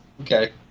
Okay